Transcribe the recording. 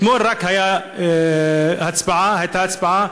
רק אתמול הייתה הצבעה,